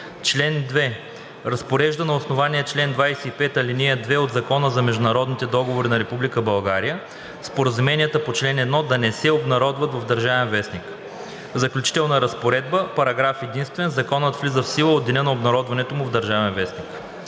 Чл. 2. Разпорежда на основание чл. 25, ал. 2 от Закона за международните договори на Република България споразуменията по чл. 1 да не се обнародват в „Държавен вестник“. Заключителна разпоредба Параграф единствен. Законът влиза в сила от деня на обнародването му в „Държавен вестник“.“